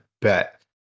bet